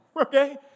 okay